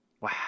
Wow